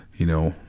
you know,